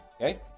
Okay